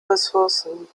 ressourcen